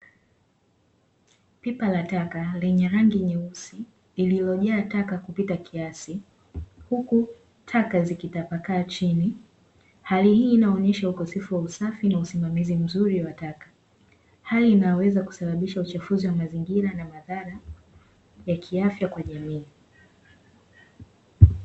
Pipa la taka lenye rangi nyeusi iliyojaa taka kipita kiasi, huku taka zikitapakaa chini. Hali hii inaonesha, ukosefu wa usafi na usimamizi muzuri wa taka, hali inaweza kusababisha uchafuzi wa mazingira na madhara ya kiafya kwa jamii.